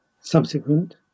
subsequent